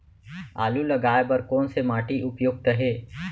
आलू लगाय बर कोन से माटी उपयुक्त हे?